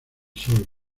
sol